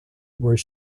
where